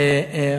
אני אמסור לו.